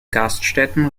gaststätten